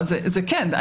זה כן.